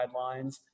guidelines